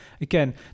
again